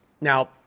Now